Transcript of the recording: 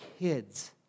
kids